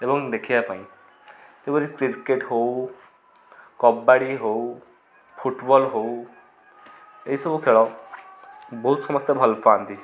ଏବଂ ଦେଖିବା ପାଇଁ ଯେପରି କ୍ରିକେଟ ହଉ କବାଡ଼ି ହଉ ଫୁଟବଲ ହଉ ଏଇସବୁ ଖେଳ ବହୁତ ସମସ୍ତେ ଭଲ ପାଆନ୍ତି